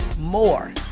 more